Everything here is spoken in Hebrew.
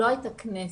לא הייתה כנסת.